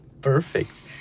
Perfect